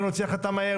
נוציא החלטה מהר,